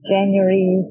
January